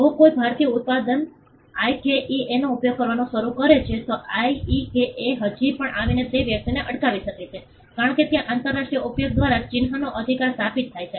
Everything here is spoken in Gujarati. જો કોઈ ભારતીય ઉત્પાદક આઇકેઇએ નો ઉપયોગ કરવાનું શરૂ કરે છે તો આઇકેઇએ હજી પણ આવીને તે વ્યક્તિને અટકાવી શકે છે કારણ કે ત્યાં આંતરરાષ્ટ્રીય ઉપયોગ દ્વારા ચિહ્નનો અધિકાર સ્થાપિત થાય છે